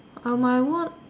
on my one